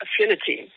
Affinity